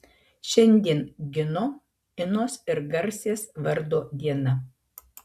šiandien gino inos ir garsės vardo diena